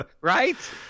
Right